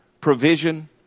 provision